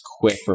quick